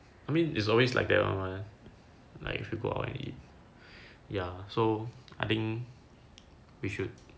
I mean is always like that one mah like if you go out and eat ya so I think we should